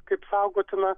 kaip saugotiną